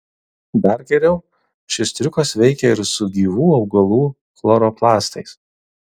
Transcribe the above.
dar geriau šis triukas veikia ir su gyvų augalų chloroplastais